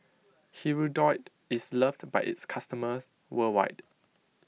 Hirudoid is loved by its customers worldwide